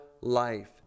life